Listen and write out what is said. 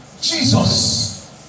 Jesus